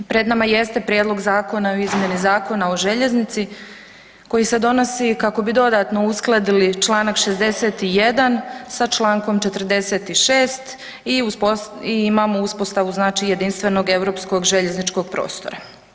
Pred nama jeste Prijedlog zakona o izmjeni Zakona o željeznici koji se donosi kako bi dodatno uskladili čl. 61. sa čl. 46. i imamo uspostavu jedinstvenog europskog željezničkog prostora.